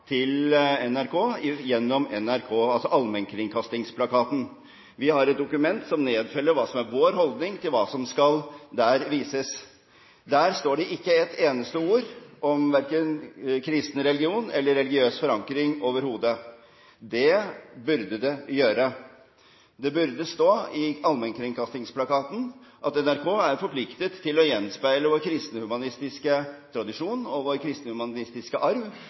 til NRK, gjennom NRK, altså allmennkringkastingsplakaten. Vi har et dokument som nedfeller vår holdning til hva som skal vises. Der står det ikke et eneste ord verken om kristen religion eller om religiøs forankring overhodet. Det burde det gjøre. I allmennkringkastingsplakaten burde det stå at NRK er forpliktet til å gjenspeile vår kristen-humanistiske tradisjon og vår kristen-humanistiske arv